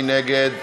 מי נגד?